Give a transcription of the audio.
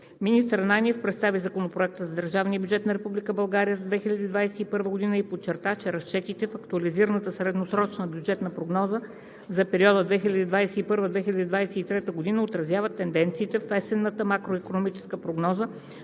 Министър Ананиев представи Законопроекта за държавния бюджет на Република България за 2021 г. и подчерта, че разчетите в актуализираната средносрочна бюджетна прогноза за периода 2021 – 2023 г. отразяват тенденциите в есенната макроикономическа прогноза